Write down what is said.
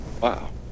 wow